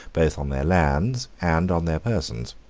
both on their lands and on their persons.